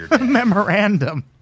Memorandum